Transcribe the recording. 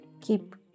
keep